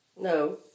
No